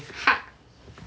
heart